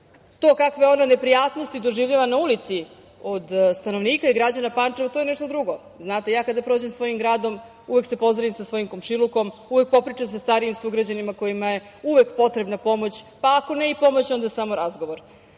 To kakve ona neprijatnosti doživljava na ulici od stanovnika i građana Pančeva, to je nešto drugo. Ja kada prođem svojim gradom uvek se pozdravim sa svojim komšilukom, popričam sa starijim sugrađanima kojima je uvek potrebna pomoć, pa ako ne pomoć, onda samo razgovor. Mi